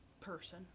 Person